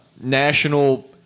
National